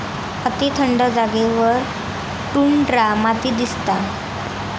अती थंड जागेवर टुंड्रा माती दिसता